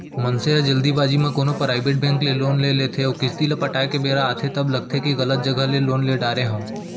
मनसे ह जल्दबाजी म कोनो पराइबेट बेंक ले लोन ले लेथे अउ किस्त ल पटाए के बेरा आथे तब लगथे के गलत जघा ले लोन ले डारे हँव